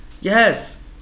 Yes